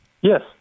Yes